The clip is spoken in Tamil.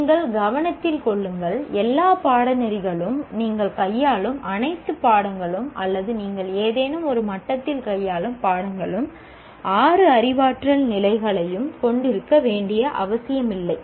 நீங்கள் கவனத்தில் கொள்ளுங்கள் எல்லா பாடநெறிகளும் நீங்கள் கையாளும் அனைத்து பாடங்களும் அல்லது நீங்கள் ஏதேனும் ஒரு மட்டத்தில் கையாளும் பாடங்களும் ஆறு அறிவாற்றல் நிலைகளையும் கொண்டிருக்க வேண்டிய அவசியமில்லை